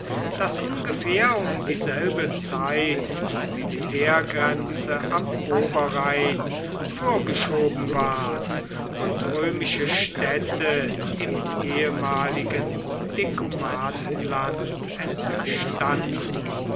daß ungefähr um dieselbe zeit die militärgrenze am oberrhein vorgeschoben ward und römische städte im ehemaligen decumatenland entstanden